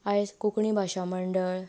आयज कोंकणी भाशा मंडळ